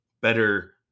better